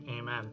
amen